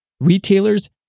retailers